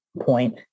point